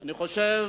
אני חושב